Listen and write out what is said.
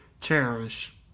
cherish